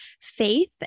faith